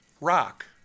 rock